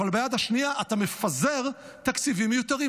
אבל ביד השנייה אתה מפזר תקציבים מיותרים.